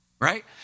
right